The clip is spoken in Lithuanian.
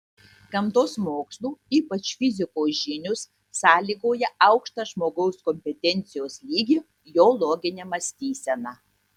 gamtos mokslų ypač fizikos žinios sąlygoja aukštą žmogaus kompetencijos lygį jo loginę mąstyseną